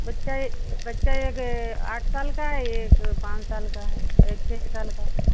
बच्चा बच्चा एक आठ साल का है एक पाँच साल का है एक छः साल का